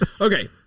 Okay